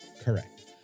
Correct